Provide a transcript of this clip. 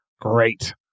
Great